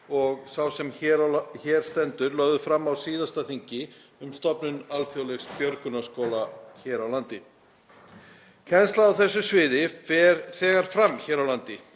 og sá sem hér stendur lögðu fram á síðasta þingi um stofnun alþjóðlegs björgunarskóla hér á landi. Kennsla á þessu sviði fer þegar fram hér á landi.